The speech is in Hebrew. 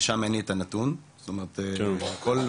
כמו שאמרתי, זה פונקציה של הכמות כמובן.